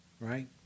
right